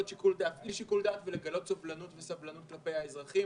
להפעיל שיקול דעת ולגלות סובלנות וסבלנות כלפי האזרחים,